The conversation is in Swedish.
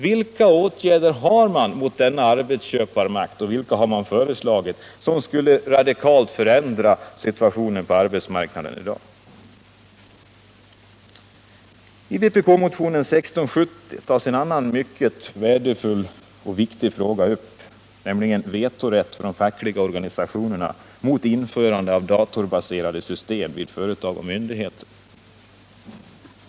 Vilka åtgärder har man att föreslå mot denna arbetsköparmakt och vilka har man föreslagit, som skulle radikalt förändra situationen på arbetsmarknaden i dag? : defrågor m.m. I vpk-motionen 1670 tas en annan mycket viktig fråga upp, nämligen att de fackliga organisationerna skall ha vetorätt mot införandet av datorbaserade system vid företag och myndigheter.